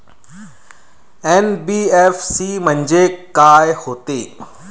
NBFC म्हणजे का होते?